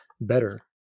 better